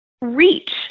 reach